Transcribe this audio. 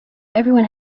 everyone